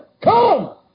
come